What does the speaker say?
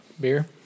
beer